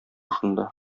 шунда